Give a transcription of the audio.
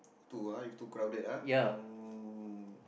too ah if too crowded ah mm